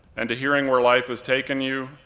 and hearing where life has taken you,